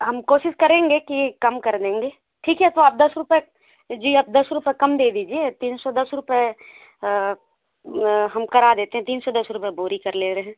हम कोशिश करेंगे कि कम कर देंगे ठीक है तो अप दस रुपये जी आप दस रुपये कम दे दीजिए तीन सौ दस रुपये हम करा देते हैं तीन सौ दस रुपये बोरी कर ले रहे हैं